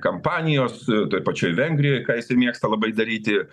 kampanijos toj pačioj vengrijoj ką jisai mėgsta labai daryti